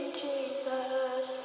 jesus